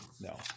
no